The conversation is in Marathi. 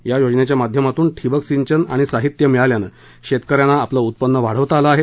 या योजनेच्या माध्यमातून ठिबक सिंचन आणि साहीत्य मिळाल्यानं शेतक यांना आपलं उत्पन्न वाढवता आलं आहे